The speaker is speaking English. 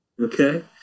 Okay